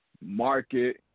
market